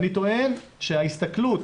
אני טוען שההסתכלות